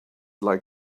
like